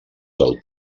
del